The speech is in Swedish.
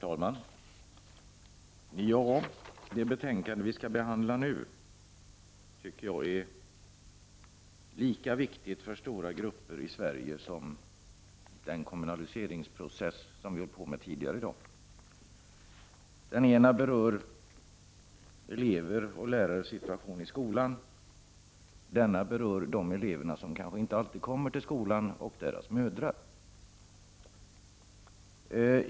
Herr talman! Det betänkande vi skall behandla nu tycker jag är lika viktigt för stora grupper i Sverige som den kommunaliseringsprocess vi ägnade oss åt tidigare i dag. Den ena berör elever och lärares situation i skolan, den andra berör de elever som kanske inte alltid kommer till skolan och deras mödrar.